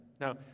Now